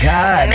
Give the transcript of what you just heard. God